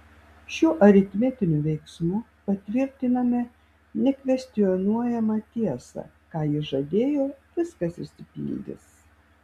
šiuo aritmetiniu veiksmu patvirtiname nekvestionuojamą tiesą ką jis žadėjo viskas išsipildys